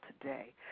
today